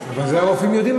אבל את זה הרופאים יודעים,